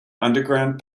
underground